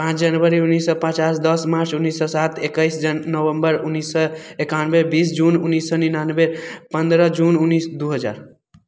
पाँच जनबरी उन्नैस सए पचास दस मार्च उन्नैस सए सात एकैस नवम्बर उन्नैस सए एकनाबे बीस जून उन्नैस सए निनानबे पंद्रह जून उन्नैस दू हजार